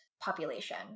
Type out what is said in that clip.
population